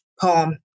poem